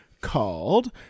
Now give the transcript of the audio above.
called